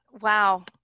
Wow